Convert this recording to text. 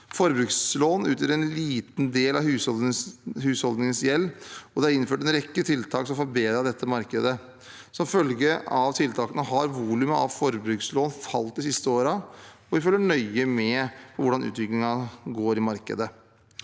Forbrukslån utgjør en liten del av husholdningenes gjeld, og det er innført en rekke tiltak som har forbedret dette markedet. Som følge av tiltakene har volumet av forbrukslån falt de siste årene. Vi følger nøye med på hvordan utviklingen i markedet